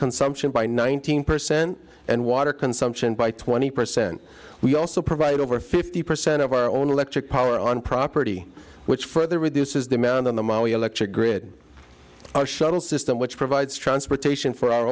consumption by nineteen percent and water consumption by twenty percent we also provide over fifty percent of our own electric power on property which further reduces the amount on the maui electric grid our shuttle system which provides transportation for our